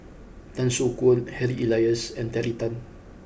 Tan Soo Khoon Harry Elias and Terry Tan